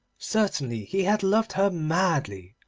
certainly he had loved her madly,